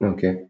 Okay